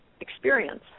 experience